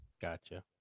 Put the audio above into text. Gotcha